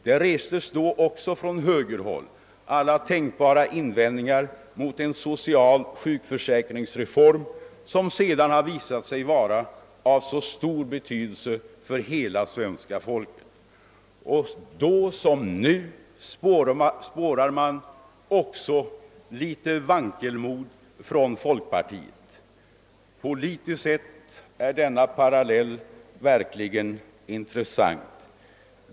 Då restes också från högerhåll alla tänkbara invändningar mot en social sjukförsäkringsreform, som sedan har visat sig vara av så stor betydelse för hela svenska folket. Och då som nu spårade man också litet vankelmod hos folkpartiet. Politiskt sett är denna parallell verkligen intressant.